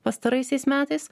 pastaraisiais metais